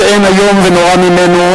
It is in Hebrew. שאין איום ונורא ממנו,